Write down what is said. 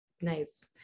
nice